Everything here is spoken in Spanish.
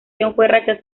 invasión